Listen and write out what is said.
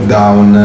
down